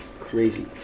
crazy